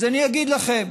אז אני אגיד לכם,